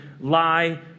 lie